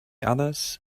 others